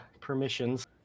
permissions